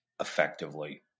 effectively